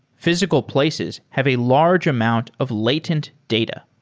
physical places have a large amount of latent data.